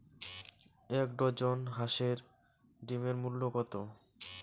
এক ডজন হাঁসের ডিমের মূল্য কত?